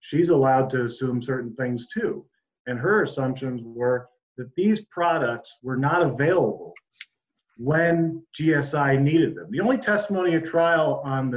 she's allowed to assume certain things too and her assumptions were that these products were not available when g s i needed the only testimony a trial on the